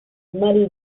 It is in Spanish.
marie